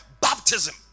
baptism